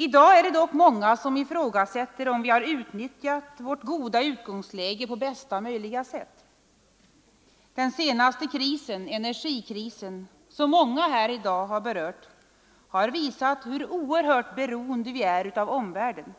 I dag är det dock många som ifrågasätter om vi har utnyttjat vårt goda utgångsläge på bästa möjliga sätt. Den senaste krisen — energikrisen — som många här i dag har berört har visat hur oerhört beroende vi är av omvärlden,